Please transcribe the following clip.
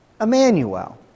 Emmanuel